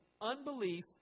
unbelief